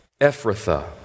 Ephrathah